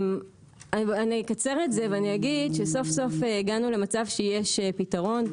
אני אקצר את זה ואני אגיד שסוף-סוף הגענו למצב שיש פיתרון.